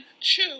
chew